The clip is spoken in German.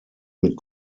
mit